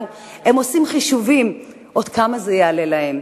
הם עושים חישובים עוד כמה זה יעלה להם?